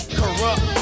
corrupt